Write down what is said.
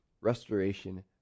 restoration